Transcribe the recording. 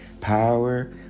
power